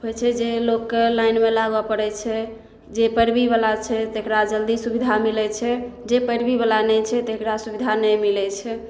होइ छै जे लोकके लाइनमे लागऽ पड़ै छै जे पैरवी बला छै तेकरा जल्दी सुबिधा मिलै छै जे पैरवी बला नहि छै तेकरा सुबिधा नहि मिलै छै